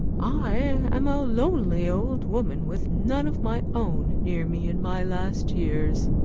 i am a lonely old woman with none of my own near me in my last years.